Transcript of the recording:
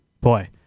boy